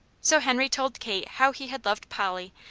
so henry told kate how he had loved polly,